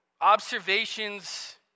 observations